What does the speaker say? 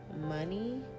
money